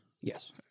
Yes